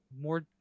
more